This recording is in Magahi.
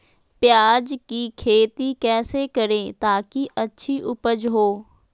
प्याज की खेती कैसे करें ताकि अच्छी उपज हो?